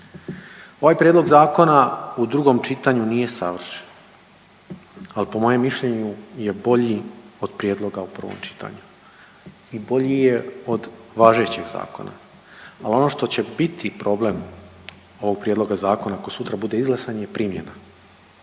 Ovaj prijedlog zakona u drugom čitanju nije savršen, ali po mojem mišljenju je bolji od prijedloga u prvom čitanju i bolji je od važećeg zakona. Ali ono što će biti problem ovog prijedloga zakona koji sutra bude izglasan je primjena.